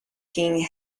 king